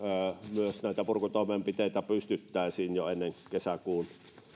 myös näitä purkutoimenpiteitä pystyttäisiin jo ennen kesäkuun